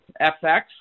FX